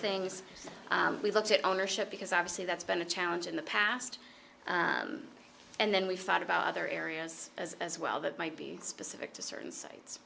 things we looked at ownership because obviously that's been a challenge in the past and then we thought about other areas as well that might be specific to certain sites